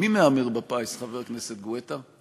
מי מהמר בפיס, חבר הכנסת גואטה?